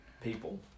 people